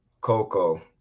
Coco